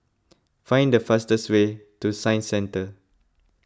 find the fastest way to Science Centre